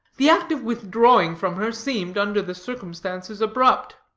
the act of withdrawing from her, seemed, under the circumstances, abrupt.